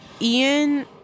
Ian